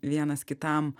vienas kitam